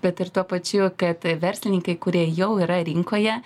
bet ir tuo pačiu kad verslininkai kurie jau yra rinkoje